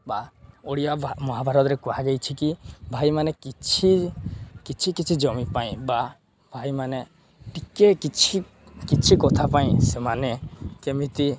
ବା ଓଡ଼ିଆ ମହାଭାରତରେ କୁହାଯାଇଛି କି ଭାଇମାନେ କିଛି କିଛି କିଛି ଜମି ପାଇଁ ବା ଭାଇମାନେ ଟିକିଏ କିଛି କିଛି କଥା ପାଇଁ ସେମାନେ କେମିତି